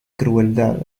crueldad